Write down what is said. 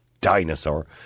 dinosaur